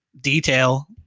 detail